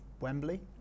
Wembley